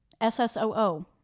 SSOO